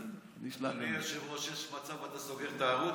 בסדר, אני אשלח גם לך.